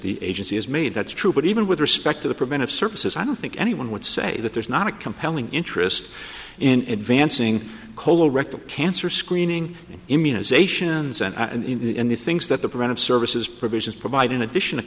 the agency has made that's true but even with respect to the preventive services i don't think anyone would say that there's not a compelling interest in advancing colorectal cancer screening immunizations and in the things that the preventive services provisions provide in addition